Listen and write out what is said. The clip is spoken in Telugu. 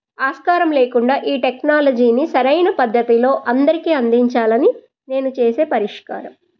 ఆస్కారం లేకుండా ఈ టెక్నాలజీని సరైన పద్ధతిలో అందరికీ అందించాలని నేను చేసే పరిష్కారం